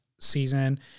season